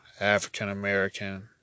African-American